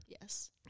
Yes